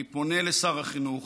אני פונה לשר החינוך,